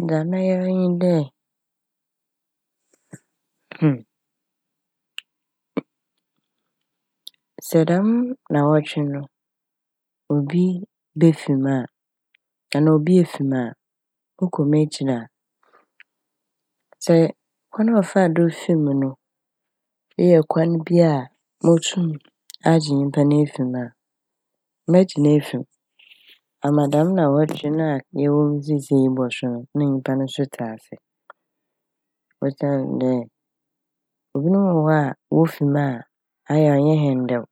Dza mɛyɛ ara nye dɛ hmm! Sɛ dɛm naawɔtwe no obi befi mu a anaa obi efi mu a, mokɔ m'ekyir a, sɛ kwan a ɔfa do fi mu no eyɛ kwan bi a motum agye nyimpa no efi mu a megye n' efi mu. Ama dɛm naawɔtwe na yɛwɔ mu siesie bɔso no na nyimpa no so tse ase. Osiandɛ ebinom wɔ hɔ a wofi mu a ɔyɛ a ɔnnyɛ hɛn dɛw